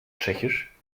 tschechisch